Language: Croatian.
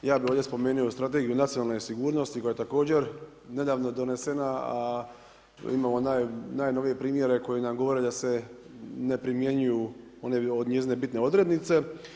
Ja bih ovdje spomenuo Strategiju nacionalne sigurnosti koja je također nedavno donesena, a imamo najnovije primjere koji nam govore da se ne primjenjuju od njezine bitne odrednice.